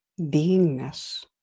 beingness